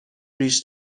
ریش